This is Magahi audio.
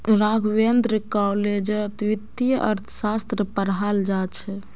राघवेंद्र कॉलेजत वित्तीय अर्थशास्त्र पढ़ाल जा छ